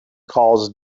cause